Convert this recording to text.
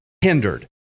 hindered